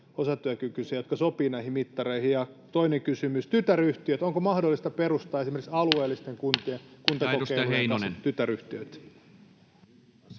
osatyökykyisiä, jotka sopivat näihin mittareihin? Ja toinen kysymys tytäryhtiöistä: onko mahdollista perustaa esimerkiksi alueellisten kuntien kuntakokeilujen kanssa tytäryhtiöt?